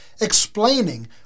explaining